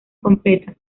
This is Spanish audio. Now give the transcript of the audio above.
completas